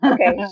Okay